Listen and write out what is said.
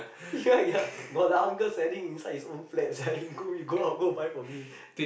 ya ya got the uncle selling inside his own flat sia you go you go out go buy from him